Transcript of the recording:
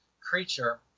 creature